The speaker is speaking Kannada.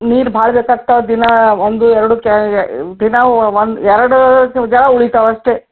ನೀರು ಭಾಳ ಬೇಕಾಗ್ತಾವೆ ದಿನಾ ಒಂದು ಎರಡು ಕ್ಯಾನಿಗೆ ದಿನಾ ಒಂದು ಎರಡು ಉಳಿತಾವೆ ಅಷ್ಟೇ